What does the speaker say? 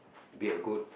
be a good